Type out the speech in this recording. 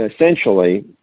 essentially